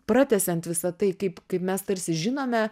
pratęsiant visą tai kaip kaip mes tarsi žinome